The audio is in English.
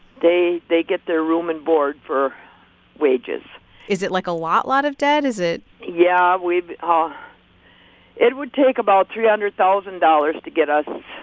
they they get their room and board for wages is it, like, a lot-lot of debt? is it. yeah, we ah it would take about three hundred thousand dollars to get us.